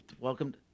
welcome